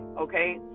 okay